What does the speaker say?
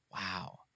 wow